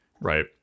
right